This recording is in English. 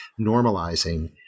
normalizing